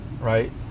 right